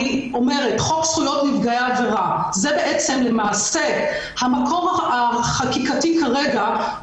חוק זכויות נפגעי העבירה זה בעצם המקור החקיקתי כרגע